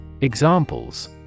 Examples